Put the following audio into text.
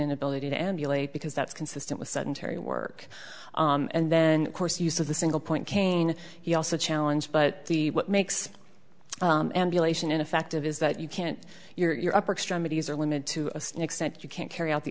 inability to emulate because that's consistent with sudden terry work and then of course use of the single point cane he also challenge but what makes an ineffective is that you can't your upper extremities are limited to a certain extent you can't carry out the